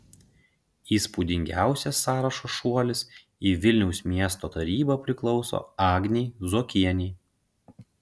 įspūdingiausias sąrašo šuolis į vilniaus miesto tarybą priklauso agnei zuokienei